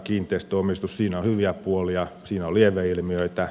siinä on hyviä puolia siinä on lieveilmiöitä